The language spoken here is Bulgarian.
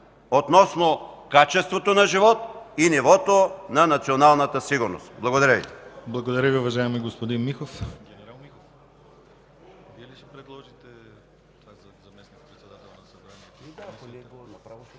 относно качеството на живот и нивото на националната сигурност. Благодаря Ви.